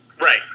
Right